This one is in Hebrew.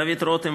דוד רותם,